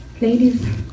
Ladies